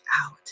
out